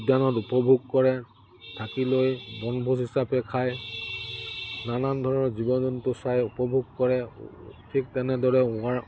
উদ্যানত উপভোগ কৰে ঢাকি লৈ বনভোজ হিচাপে খায় নানান ধৰণৰ জীৱ জন্তু চাই উপভোগ কৰে ঠিক তেনেদৰে ৱাৰ